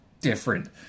different